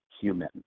human